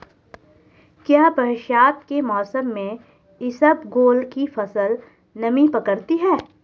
क्या बरसात के मौसम में इसबगोल की फसल नमी पकड़ती है?